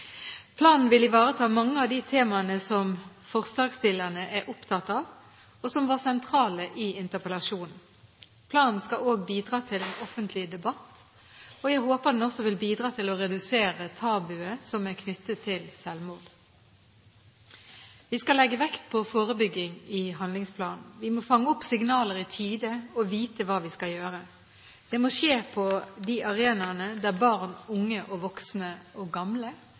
Planen vil ivareta mange av de temaene som forslagsstillerne er opptatt av, og som var sentrale i interpellasjonen. Planen skal også bidra til en offentlig debatt, og jeg håper den også vil bidra til å redusere tabuet som er knyttet til selvmord. Vi skal legge vekt på forebygging i handlingsplanen. Vi må fange opp signaler i tide og vite hva vi skal gjøre. Dette må skje på de arenaene der barn, unge, voksne og gamle